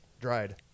Dried